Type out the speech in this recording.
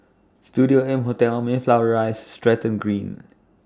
Studio M Hotel Mayflower Rise Stratton Green